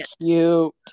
cute